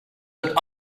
but